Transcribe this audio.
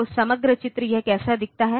तो समग्र चित्र यह कैसा दिखता है